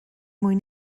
mwyn